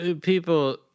people